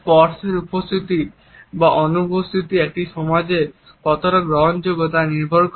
স্পর্শের উপস্থিতি বা অনুপস্থিতি একটি সমাজে কতটা গ্রহণযোগ্য তা নির্ভর করে